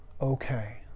okay